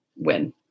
win